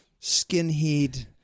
skinhead